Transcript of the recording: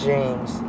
James